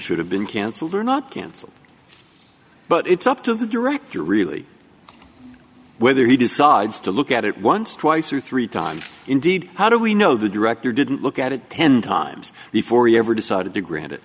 been cancelled or not cancelled but it's up to the director really whether he decides to look at it once twice or three times indeed how do we know the director didn't look at it ten times before he ever decided to grant